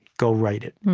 go write it.